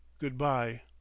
Goodbye